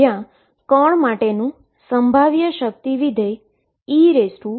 જ્યા કણ માટેનુ પોટેંશીઅલ તરંગ વિધેય e x2છે